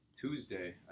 Tuesday